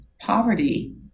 poverty